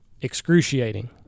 excruciating